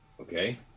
okay